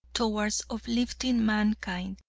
towards uplifting mankind,